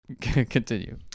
Continue